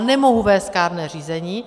Nemohu vést kárné řízení.